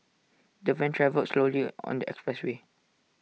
the van travelled slowly on the expressway